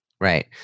Right